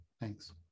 Thanks